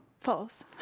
False